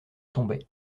tombait